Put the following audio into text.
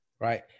right